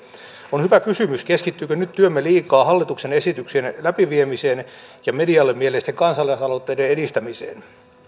on hyvä kysymys keskittyykö työmme nyt liikaa hallituksen esityksien läpiviemiseen ja medialle mieleisten kansalais aloitteiden edistämiseen